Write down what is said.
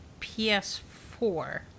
PS4